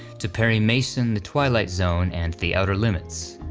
to perry mason, the twilight zone, and the outer limits.